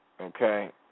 Okay